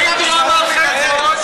חיים, מה עם דרום הר חברון?